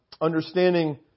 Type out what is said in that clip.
understanding